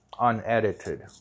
unedited